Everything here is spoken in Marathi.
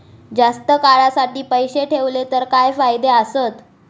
जास्त काळासाठी पैसे ठेवले तर काय फायदे आसत?